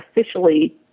officially